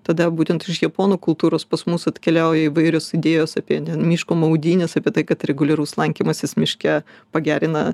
tada būtent iš japonų kultūros pas mus atkeliauja įvairios idėjos apie miško maudynes apie tai kad reguliarus lankymasis miške pagerina